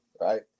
right